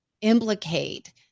implicate